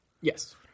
Yes